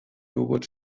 jogurt